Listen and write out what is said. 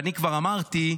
אני כבר אמרתי,